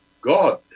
God